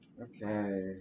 Okay